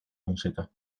música